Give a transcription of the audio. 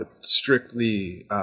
strictly –